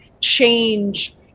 change